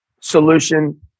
solution